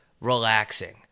relaxing